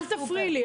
אל תפריעי לי.